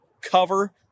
cover